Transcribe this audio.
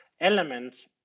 element